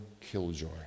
killjoy